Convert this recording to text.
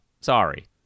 Sorry